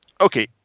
okay